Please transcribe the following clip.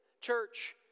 Church